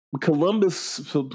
Columbus